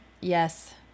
Yes